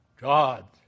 God